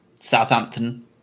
Southampton